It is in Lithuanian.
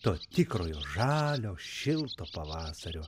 to tikrojo žalio šilto pavasario